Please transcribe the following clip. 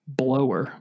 blower